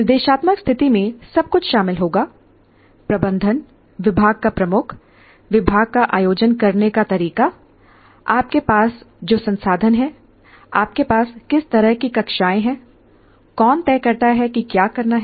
निर्देशात्मक स्थिति में सब कुछ शामिल होगा प्रबंधन विभाग का प्रमुख विभाग का आयोजन करने का तरीका आपके पास जो संसाधन हैं आपके पास किस तरह की कक्षाएं हैं कौन तय करता है कि क्या करना है